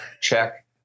Check